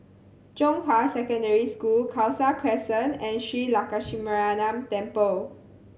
Zhonghua Secondary School Khalsa Crescent and Shree Lakshminarayanan Temple